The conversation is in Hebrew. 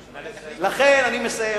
לכן, אני מסיים